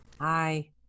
Hi